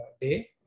day